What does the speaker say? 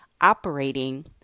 operating